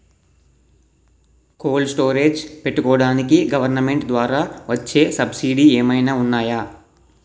Cold storage పెట్టుకోడానికి government ద్వారా వచ్చే సబ్సిడీ ఏమైనా ఉన్నాయా?